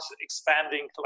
expanding